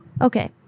Okay